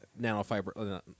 nanofiber –